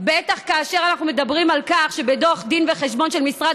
בטח כאשר אנחנו מדברים על כך שבדוח דין וחשבון של משרד